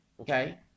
Okay